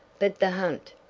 but the hunt,